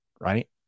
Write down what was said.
right